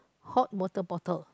hot water bottle